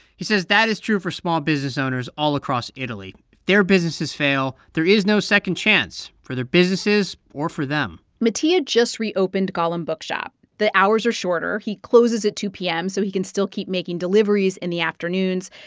he says that is true for small business owners all across italy. if their businesses fail, there is no second chance for their businesses or for them mattia just reopened golem bookshop. the hours are shorter. he closes at two p m. so he can still keep making deliveries in the afternoons.